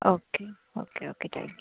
okay okay okay thank you